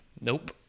Nope